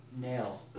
Nail